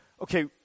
okay